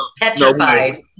petrified